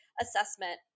assessment